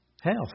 Health